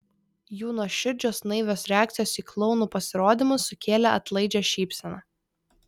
jų nuoširdžios naivios reakcijos į klounų pasirodymus sukėlė atlaidžią šypseną